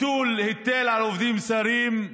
ביטול היטל על עובדים זרים,